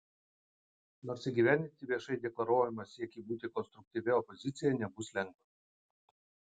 nors įgyvendinti viešai deklaruojamą siekį būti konstruktyvia opozicija nebus lengva